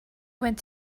went